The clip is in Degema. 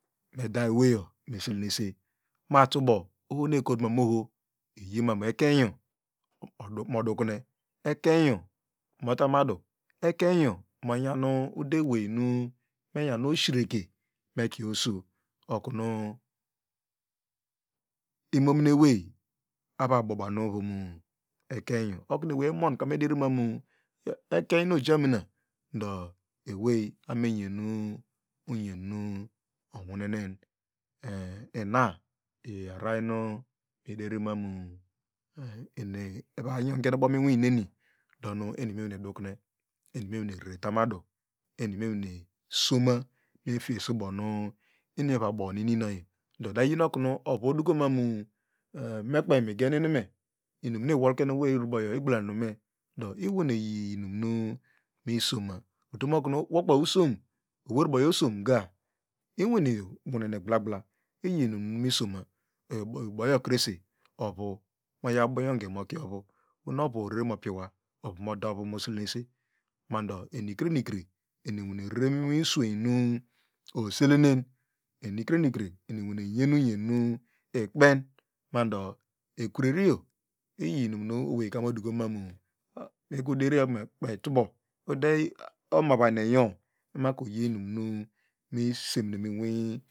Meda eweyo me selenese matubo ohono kotum man oho iyi mam ekanyo modi ikune ekeinyo motamadu ekeinyo mongom udemenu monyan osireke mekie oso okun imoninewey eva bo bonu ivom ekeinyo okunu evey emon ka me deri monu ekunyo nu janinia ndo ewey amon wnhenu unyenu onwunen eh inna iyi araranu ederi manu eni eva nyonukebo minarineru eni eva nyonukebo minwineru domu enime edukune engine kru tamadu enime enwane soma efiese ubonu emeva onu ini nayo do oda yinu okunu ovu odukomani genuinime inum nu iwolke awey rubo yo igblanhanme ndo unuene usom owey eubyo osomka inwene nwunene gblagbla iyi inu nu misoma uboyo krese ovu mo iyow ubongonke mokie ovu ohonu orere mopiwa ovu moda ovu moseleres mando enikrenike eni enuerese miunu useueyu nu oselena enikrenike enwwre nyen inyanu ikpen mardo ekinenyo iyi inum nu edukomanu nu kuderian kpetubo use omavahineyo maku yonunu misemine inwi